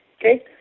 Okay